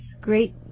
great